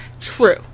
True